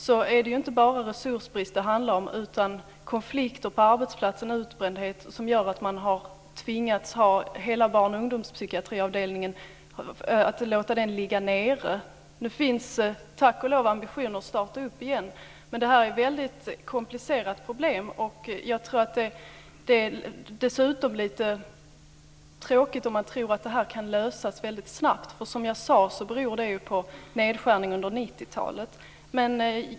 Det är inte bara resursbrist det handlar om utan konflikter på arbetsplatser, utbrändhet som gör att man har tvingats låta hela barn och ungdomspsykiatriavdelningen ligga nere. Nu finns det tack och lov ambitioner att starta den igen, men det här är ett väldigt komplicerat problem. Jag tror att det dessutom är lite tråkigt om man tror att det kan lösas väldigt snabbt. Som jag sade beror det på nedskärningar på 90-talet.